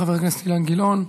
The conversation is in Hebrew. חבר הכנסת אילן גילאון.